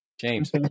James